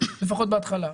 לפחות בהתחלה.